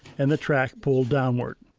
and the track pulled downward.